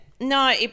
No